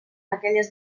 aquelles